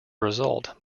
result